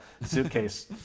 suitcase